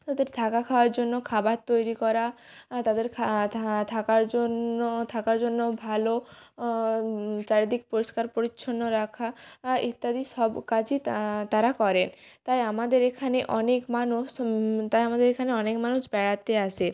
ওদের থাকা খাওয়ার জন্য খাবার তৈরি করা তাদের থাকার জন্য থাকার জন্য ভালো চারিদিক পরিষ্কার পরিচ্ছন্ন রাখা ইত্যাদি সব কাজই তারা করে তাই আমাদের এখানে অনেক মানুষ তাই আমাদের এখানে অনেক মানুষ বেড়াতে আসে